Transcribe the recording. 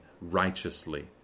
righteously